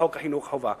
בחוק חינוך חובה,